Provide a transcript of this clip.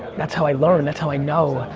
that's how i learn, that's how i know.